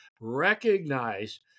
recognize